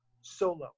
solo